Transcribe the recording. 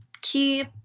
keep